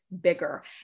bigger